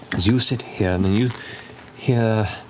you sit here, and and you here,